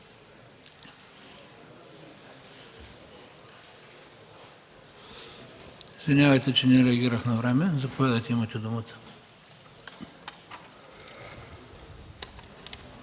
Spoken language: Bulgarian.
Извинявайте, че не реагирах навреме. Заповядайте, имате думата.